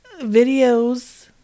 videos